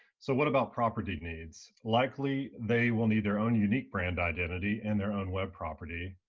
so what about property needs? likely they will need their own unique brand identity and their own web property,